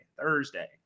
Thursday